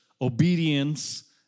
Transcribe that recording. obedience